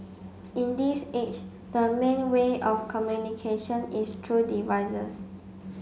in this age the main way of communication is through devices